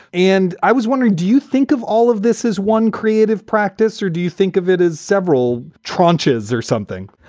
and i was wondering, do you think of all of this as one creative practice or do you think of it as several traunches or something?